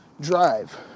drive